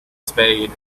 spade